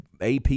AP